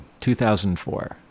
2004